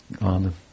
on